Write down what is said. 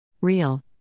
Real